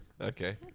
Okay